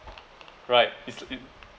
right it's